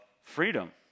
freedom